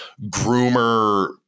groomer